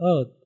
earth